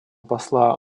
посла